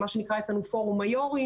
מה שנקרא אצלנו פורום יושבי הראש,